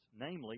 namely